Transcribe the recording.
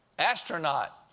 astronaut,